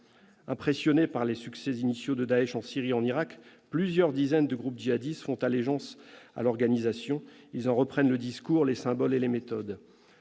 Impressionnés par les succès initiaux de Daech en Syrie et en Irak, plusieurs dizaines de groupes djihadistes font allégeance à l'organisation. Ils en reprennent le discours, les symboles et les méthodes.